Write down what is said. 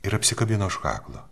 ir apsikabino už kaklo